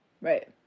Right